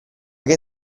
che